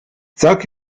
sag